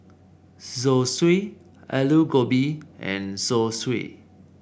Zosui Alu Gobi and Zosui